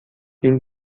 این